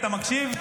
אתה מקשיב?